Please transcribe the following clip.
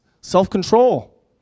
Self-control